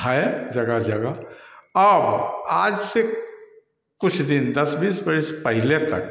है जगह जगह और आज से कुछ दिन दस बीस वर्ष पहले तक